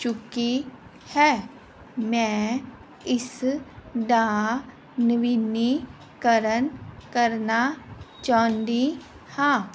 ਚੁੱਕੀ ਹੈ ਮੈਂ ਇਸ ਦਾ ਨਵੀਨੀਕਰਨ ਕਰਨਾ ਚਾਹੁੰਦੀ ਹਾਂ